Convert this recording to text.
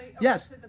Yes